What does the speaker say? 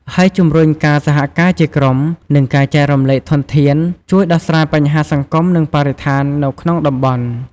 ហើយជំរុញការសហការជាក្រុម និងការចែករំលែកធនធាន ជួយដោះស្រាយបញ្ហាសង្គម និងបរិស្ថាននៅក្នុងតំបន់។